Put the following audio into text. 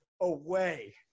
away